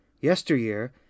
Yesteryear